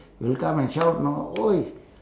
will come and shout know !oi!